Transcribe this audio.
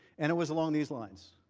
and was along these lines.